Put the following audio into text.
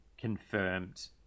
confirmed